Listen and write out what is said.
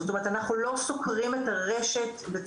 זאת אומרת אנחנו לא סוקרים את הרשת ואת